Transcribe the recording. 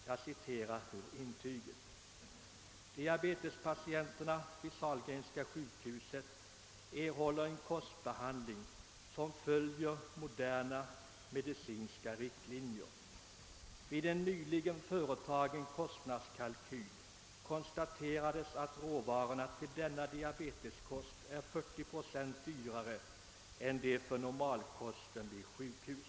Jag citerar ur intyget: »Diabetespatienterna vid Sahlgrenska sjukhuset erhåller en kostbehandling som följer moderna medicinska riktlinjer. Vid en nyligen företagen kostnadskalkyl konstaterades att råvarorna till denna diabeteskost är 40 70 dyrare än för normalkosten vid sjukhus.